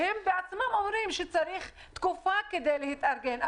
הם בעצמם אומרים שצריך תקופה כדי להתארגן.